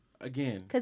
again